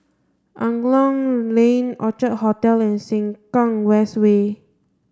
Angklong Lane Orchard Hotel and Sengkang West Way